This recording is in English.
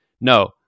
no